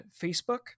Facebook